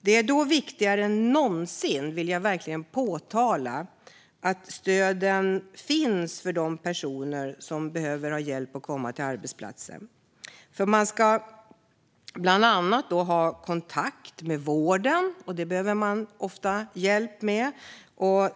Det är då viktigare än någonsin, vill jag verkligen understryka, att stöden finns för de personer som behöver ha hjälp att komma tillbaka till arbetsplatsen. Man ska bland annat ha kontakt med vården, något man ofta behöver hjälp med.